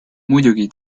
muidugi